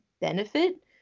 benefit